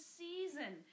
season